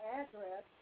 address